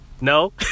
No